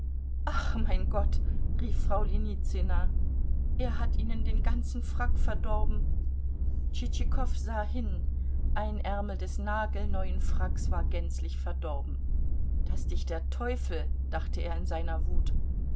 ach mein gott rief frau ljenizyna er hat ihnen den ganzen frack verdorben tschitschikow sah hin ein ärmel des nagelneuen fracks war gänzlich verdorben daß dich der teufel dachte er sich in seiner wut